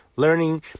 learning